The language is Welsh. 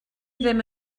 ddim